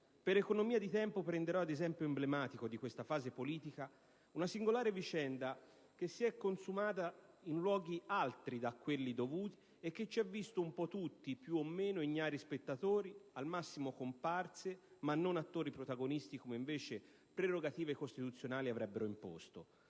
Per economia di tempo, prenderò ad esempio emblematico di questa fase politica una singolare vicenda che si è consumata in luoghi altri da quelli dovuti e che ci ha visto un po' tutti più o meno ignari spettatori, al massimo comparse, ma non attori protagonisti, come invece prerogative costituzionali avrebbero imposto.